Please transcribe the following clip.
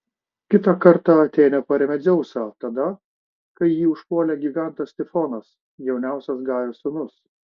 kitą kartą atėnė parėmė dzeusą tada kai jį užpuolė gigantas tifonas jauniausias gajos sūnus